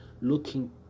Looking